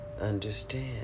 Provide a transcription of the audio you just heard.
understand